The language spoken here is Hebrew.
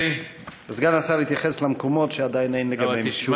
סגן השר התייחס למקומות שעדיין אין לגביהם תשובה,